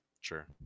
Sure